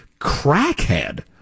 crackhead